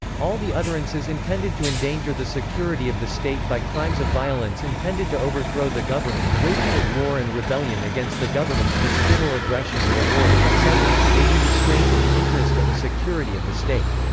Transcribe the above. all the utterances intended to endanger the security of the state by crimes of violence intended to overthrow the government, waging of war and rebellion against the government, external aggression or war, etc, may be restrained in the interest of the security of the state.